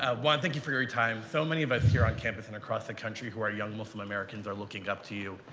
ah well, i thank you for your time. so many of us here on campus and across the country who are young muslim americans are looking up to you.